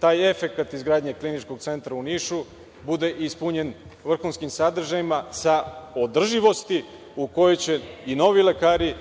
taj efekat izgradnje Kliničkog centra u Nišu bude ispunjen vrhunskim sadržajima sa održivosti u kojoj će i novi lekari